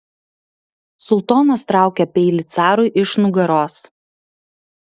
sultonas traukia peilį carui iš nugaros